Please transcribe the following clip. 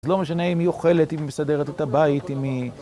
לא משנה אם היא אוכלת, אם היא מסדרת את הבית, אם היא...